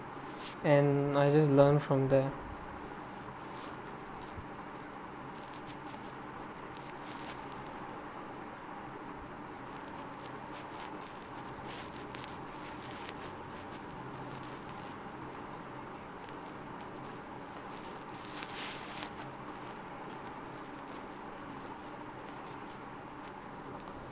and I just learnt from there